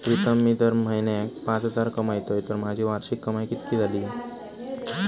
प्रीतम मी जर म्हयन्याक पाच हजार कमयतय तर माझी वार्षिक कमाय कितकी जाली?